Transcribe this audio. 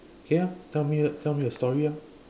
okay ah tell me tell me a story ah